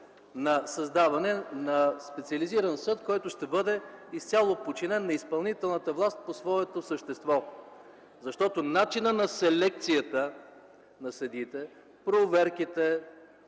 на създаване на специализиран съд, който ще бъде изцяло подчинен на изпълнителната власт по своето същество. Защото начинът на селекцията на съдиите, проверките